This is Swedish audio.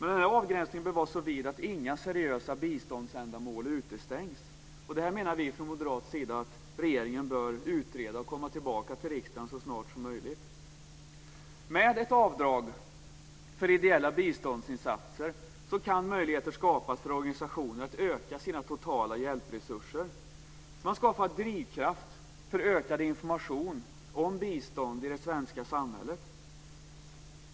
Denna avgränsning bör vara så vid att inga seriösa biståndsändamål utestängs. Vi från moderaterna anser att regeringen borde utreda detta och komma tillbaka till riksdagen med ett förslag så snart som möjligt. Med ett avdrag för ideella biståndsinsatser kan möjligheter skapas för organisationerna att öka sina totala hjälpresurser. Man skapar drivkraft för ökad information om bistånd i det svenska samhället.